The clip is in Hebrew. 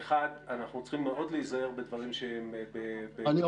אנחנו צריכים מאוד להיזהר בדברים שהם בטיפול משפטי.